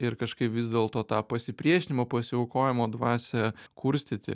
ir kažkaip vis dėlto tą pasipriešinimo pasiaukojimo dvasią kurstyti